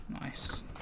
Nice